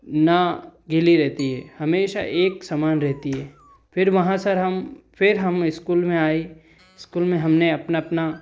ना गीली रहती है हमेशा एक समान रहती है फ़िर वहाँ सर हम फ़िर हम स्कूल में आए स्कूल में हमने अपना अपना